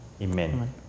Amen